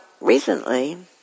recently